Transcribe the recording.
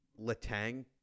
Letang